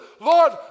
Lord